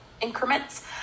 increments